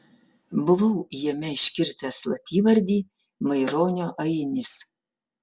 buvau jame iškirtęs slapyvardį maironio ainis